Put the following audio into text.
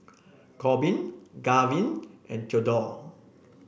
Korbin Garvin and Theadore